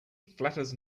flatters